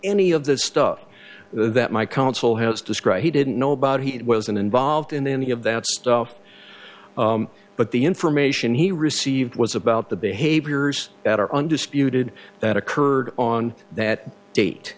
any of the stuff that my counsel has described he didn't know about he wasn't involved in any of that stuff but the information he received was about the behaviors that are undisputed that occurred on that date